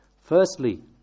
Firstly